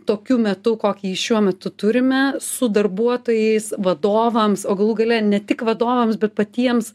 tokiu metu kokį šiuo metu turime su darbuotojais vadovams o galų gale ne tik vadovams bet patiems